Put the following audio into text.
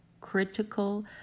critical